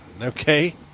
Okay